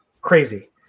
Crazy